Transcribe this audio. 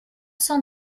sans